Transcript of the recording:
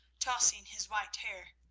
tossing his white hair.